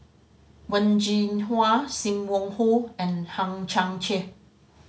Wen Jinhua Sim Wong Hoo and Hang Chang Chieh